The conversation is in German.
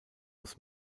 aus